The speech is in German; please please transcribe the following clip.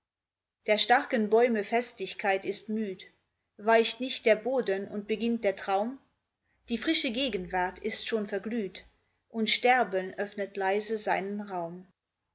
der starken bäume festigkeit ist müd weicht nicht der boden und beginnt der traum die frische gegenwart ist schon verglüht und sterben öffnet leise seinen raum